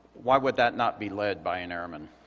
why would that not be led by an airman?